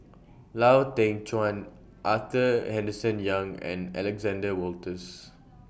Lau Teng Chuan Arthur Henderson Young and Alexander Wolters